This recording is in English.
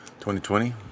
2020